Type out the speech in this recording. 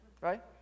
Right